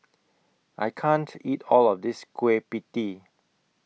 I can't eat All of This Kueh PIE Tee